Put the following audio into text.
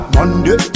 Monday